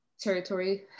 territory